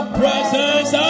presence